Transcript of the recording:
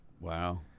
Wow